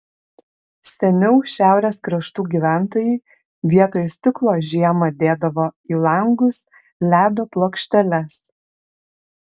seniau šiaurės kraštų gyventojai vietoj stiklo žiemą dėdavo į langus ledo plokšteles